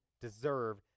deserve